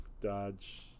Dodge